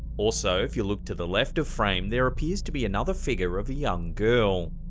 also, if you look to the left of frame, there appears to be another figure of a young girl.